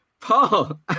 paul